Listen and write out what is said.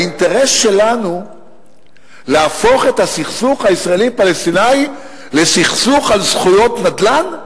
האינטרס שלנו להפוך את הסכסוך הישראלי-פלסטיני לסכסוך על זכויות נדל"ן?